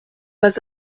pas